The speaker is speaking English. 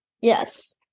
Yes